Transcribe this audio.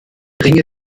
ringe